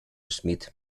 smith